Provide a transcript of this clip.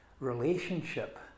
relationship